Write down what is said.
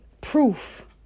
proof